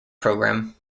program